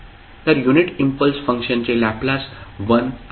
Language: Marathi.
तर युनिट इम्पल्स फंक्शनचे लॅपलास 1 आहे